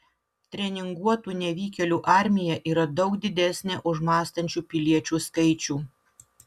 treninguotų nevykėlių armija yra daug didesnė už mąstančių piliečių skaičių